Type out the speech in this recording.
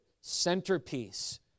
centerpiece